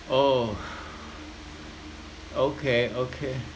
oh okay okay